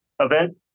Event